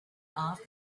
off